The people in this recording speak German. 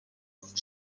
oft